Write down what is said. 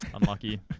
unlucky